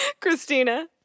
Christina